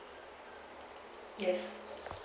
yes